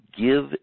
give